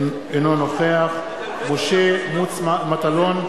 אינו נוכח משה מטלון,